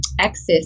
access